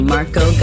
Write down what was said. Marco